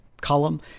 column